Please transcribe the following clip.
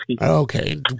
Okay